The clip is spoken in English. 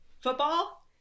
football